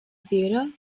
theater